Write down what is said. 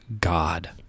God